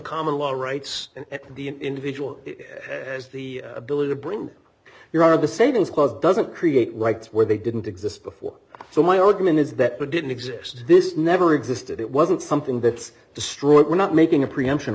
common law rights and the individual has the ability to bring your are the same as close doesn't create rights where they didn't exist before so my argument is that god didn't exist this never existed it wasn't something that's destroyed we're not making a preemption